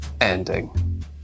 ending